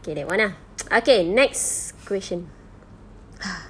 K that [one] ah okay next question